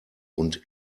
und